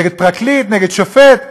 נגד פרקליט, נגד שופט.